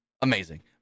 Amazing